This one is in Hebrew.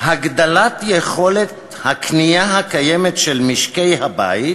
"הגדלת יכולת הקנייה הקיימת של משקי-הבית,